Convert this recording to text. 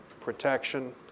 protection